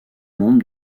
membres